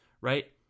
right